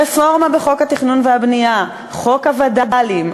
רפורמה בחוק התכנון והבנייה, חוק הווד"לים.